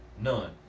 None